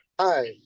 Hi